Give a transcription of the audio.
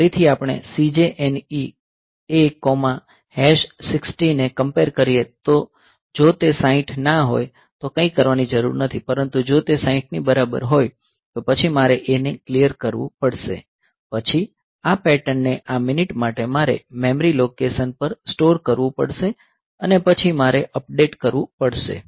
ફરીથી આપણે CJNE A60 ને કમ્પેર કરીએ તો જો તે 60 ના હોય તો કંઈ કરવાની જરૂર નથી પરંતુ જો તે 60 ની બરાબર હોય તો પછી મારે A ને ક્લીયર કરવું પડશે પછી આ પેટર્નને આ મિનિટ માટે મેમરી લોકેશન પર સ્ટોર કરવું પડશે અને પછી મારે અપડેટ કરવું પડશે